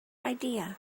idea